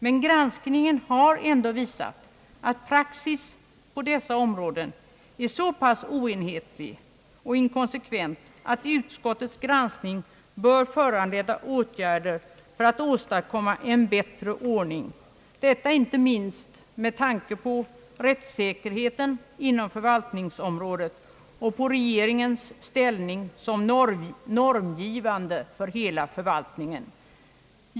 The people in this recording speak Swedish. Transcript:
Men granskningen har ändå visat att praxis på dessa områden är så pass oenhetlig och inkonsekvent att utskottets granskning bör föranleda åtgärder för att åstadkomma en bättre ordning, detta inte minst med tanke på rättssäkerheten inom förvaltningsområdet och på regeringens ställning såsom normgivande för hela förvaltningen.